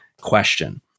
question